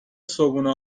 صبحونه